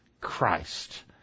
Christ